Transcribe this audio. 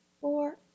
four